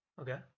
Okay